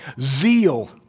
zeal